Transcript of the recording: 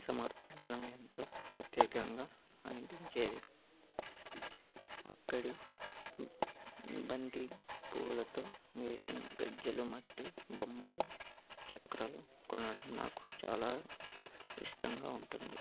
సమర్పించడం ఎంతో ప్రత్యేకంగా అనిపించేది అక్కడి బంతి పువులతో వేసిన గజ్జలు మట్టి బొమ్మలు చక్రాలు కొనడం నాకు చాలా ఇష్టంగా ఉంటుంది